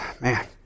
Man